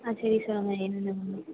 ஆ சரி சொல்லுங்கள் என்னென்ன வேணும்